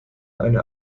eine